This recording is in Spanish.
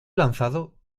lanzado